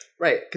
Right